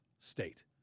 state